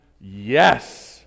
Yes